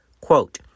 Quote